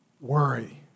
worry